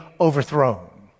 overthrown